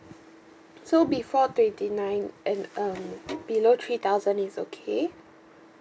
so before twenty nine and um below three thousand it's okay